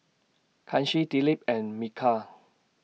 Kanshi Dilip and Milkha